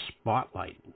spotlight